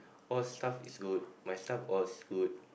all stuff is good my stuff's all good